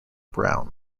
brown